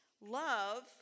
Love